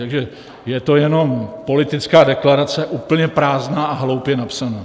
Takže je to jenom politická deklarace, úplně prázdná a hloupě napsaná.